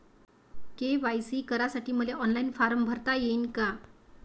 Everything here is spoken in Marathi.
के.वाय.सी करासाठी मले ऑनलाईन फारम भरता येईन का?